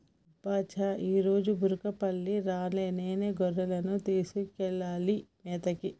అబ్బ చా ఈరోజు మా బుర్రకపల్లి రాలే నేనే గొర్రెలను తీసుకెళ్లాలి మేతకి